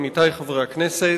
עמיתי חברי הכנסת,